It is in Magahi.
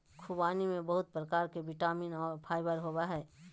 ख़ुबानी में बहुत प्रकार के विटामिन और फाइबर होबय हइ